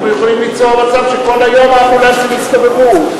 אנחנו יכולים ליצור מצב שכל היום האמבולנסים יסתובבו,